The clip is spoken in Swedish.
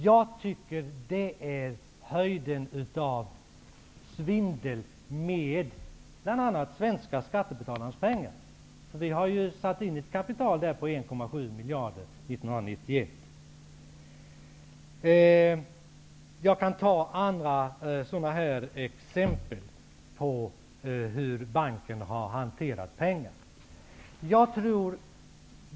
Jag tycker att det är höjden av svindel med bl.a. de svenska skattebetalarnas pengar. Vi har 1991 satt in ett kapital i banken om 1,7 miljarder. Jag kan också ge andra sådana här exempel på hur banken har hanterat pengarna.